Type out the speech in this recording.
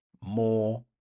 more